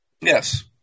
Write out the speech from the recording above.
Yes